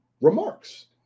remarks